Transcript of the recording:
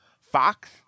fox